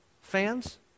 Fans